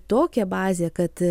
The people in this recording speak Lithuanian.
tokią bazę kad